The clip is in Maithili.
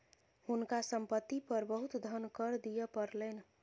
हुनका संपत्ति पर बहुत धन कर दिअ पड़लैन